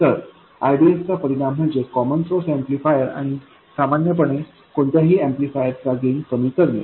तर rdsचा परिणाम म्हणजे कॉमन सोर्स ऍम्प्लिफायर आणि सामान्यपणे कोणत्या ही ऍम्प्लिफायर चा गेन कमी करणे